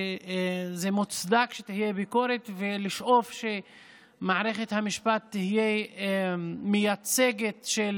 וזה מוצדק שתהיה ביקורת ולשאוף שמערכת המשפט תהיה מייצגת של